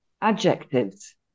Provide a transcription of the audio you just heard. adjectives